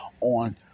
on